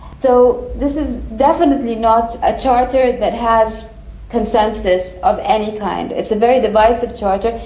so this is definitely not a charter that has consensus of any kind, it's a very divisive charter.